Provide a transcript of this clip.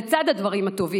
לצד הדברים הטובים,